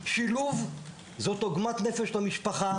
שילוב זה עוגמת נפש למשפחה